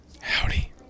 Howdy